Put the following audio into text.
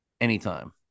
anytime